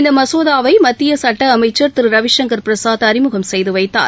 இந்தமசோதாவைமத்தியசட்டஅமைச்சர் திருரவிசங்கர் பிரசாத் அறிமுகம் செய்துவைத்தார்